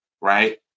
right